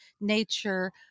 nature